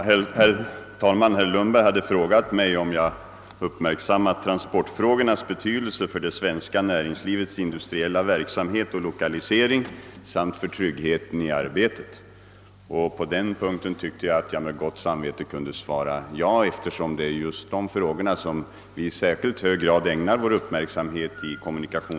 Herr talman! Herr Lundberg hade frågat mig, om jag uppmärksammat transportfrågornas betydelse för det svenska näringslivets industriella verksamhet och lokalisering samt för tryggheten i arbetet. Härpå tyckte jag att jag med gott samvete kunde svara ja, eftersom vi i kommunikationsdepartementet just nu ägnar de frågorna särskilt stor uppmärksamhet.